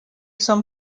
some